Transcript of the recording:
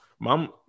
mom